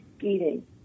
eating